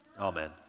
Amen